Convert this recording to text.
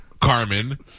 Carmen